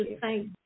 thank